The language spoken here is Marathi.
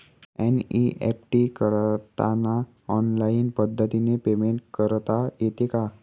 एन.ई.एफ.टी करताना ऑनलाईन पद्धतीने पेमेंट करता येते का?